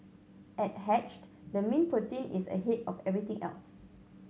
at Hatched the mean protein is ahead of everything else